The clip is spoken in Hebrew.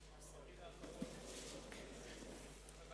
זה נראה